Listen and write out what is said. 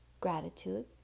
gratitude